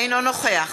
אינו נוכח